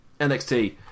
NXT